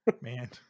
Man